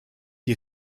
die